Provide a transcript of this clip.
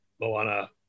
Moana